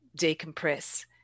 decompress